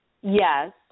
Yes